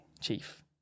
Chief